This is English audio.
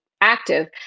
active